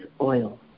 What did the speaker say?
oil